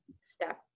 step